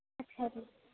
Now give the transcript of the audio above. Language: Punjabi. ਅੱਛਾ ਜੀ